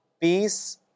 peace